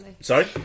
Sorry